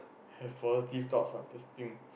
have quality thoughts ah first thing